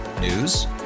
News